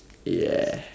ya